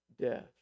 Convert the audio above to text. death